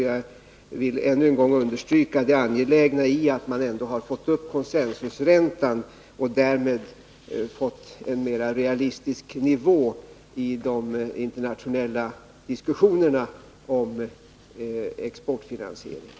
Jag vill ännu en gång understryka det angelägna i att man ändå fått en höjning av consensus-räntan, så att den därmed har fått en mer realistisk nivå inför de internationella diskussionerna om exportfinansiering.